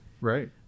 Right